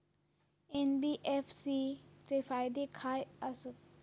NBFC चे फायदे खाय आसत?